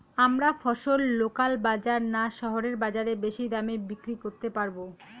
আমরা ফসল লোকাল বাজার না শহরের বাজারে বেশি দামে বিক্রি করতে পারবো?